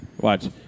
Watch